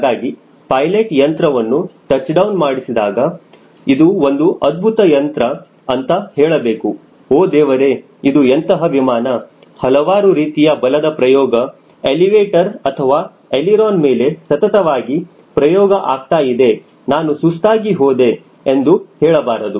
ಹಾಗಾಗಿ ಪೈಲಟ್ ಯಂತ್ರವನ್ನು touch down ಮಾಡಿಸಿದಾಗ ಇದು ಒಂದು ಅದ್ಭುತ ಯಂತ್ರ ಅಂತ ಹೇಳಬೇಕು ಓ ದೇವರೇ ಇದು ಎಂತಹ ವಿಮಾನ ಹಲವಾರು ರೀತಿಯ ಬಲದ ಪ್ರಯೋಗ ಎಲಿವೇಟರ್ ಅಥವಾ ಎಳಿರೋನ ಮೇಲೆ ಸತತವಾಗಿ ಪ್ರಯೋಗ ಆಗ್ತಾ ಇದೆ ನಾನು ಸುಸ್ತಾಗಿ ಹೋದೆ ಎಂದು ಹೇಳಬಾರದು